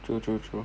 true true true